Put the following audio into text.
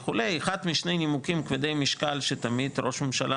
אחד משני הנימוקים כבדי המשקל שראש הממשלה